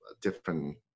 different